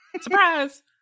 Surprise